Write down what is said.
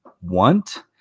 want